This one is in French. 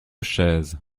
chaises